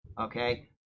okay